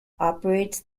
operates